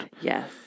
Yes